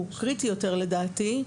הוא קריטי יותר לדעתי,